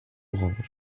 orange